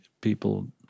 people